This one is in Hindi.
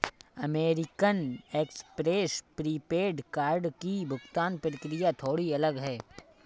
अमेरिकन एक्सप्रेस प्रीपेड कार्ड की भुगतान प्रक्रिया थोड़ी अलग है